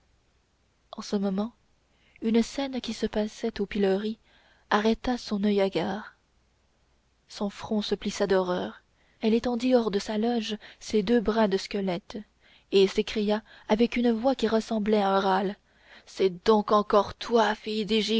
en ce moment une scène qui se passait au pilori arrêta son oeil hagard son front se plissa d'horreur elle étendit hors de sa loge ses deux bras de squelette et s'écria avec une voix qui ressemblait à un râle c'est donc encore toi